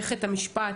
מערכת המשפט,